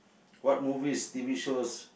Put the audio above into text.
whats movies t_v shows